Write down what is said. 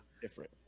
different